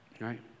Right